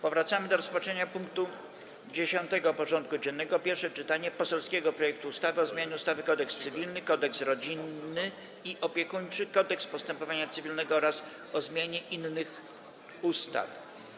Powracamy do rozpatrzenia punktu 10. porządku dziennego: Pierwsze czytanie poselskiego projektu ustawy o zmianie ustawy Kodeks cywilny, Kodeks rodzinny i opiekuńczy, Kodeks postępowania cywilnego oraz o zmianie innych ustaw.